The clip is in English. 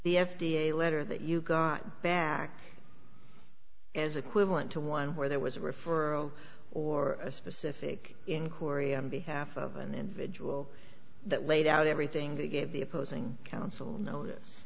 the f d a letter that you got back as equivalent to one where there was a referral or a specific in korea half of an individual that laid out everything to get the opposing counsel no